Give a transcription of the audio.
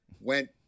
went